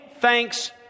thanks